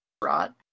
brought